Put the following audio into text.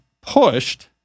pushed